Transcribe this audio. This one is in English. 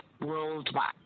worldwide